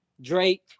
Drake